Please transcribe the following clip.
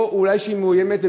או אולי היא מאוימת,